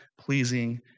pleasing